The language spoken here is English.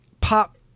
pop